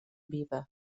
viva